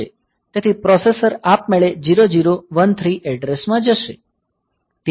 તેથી પ્રોસેસર આપમેળે 0013 એડ્રેસમાં જશે